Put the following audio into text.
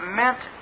meant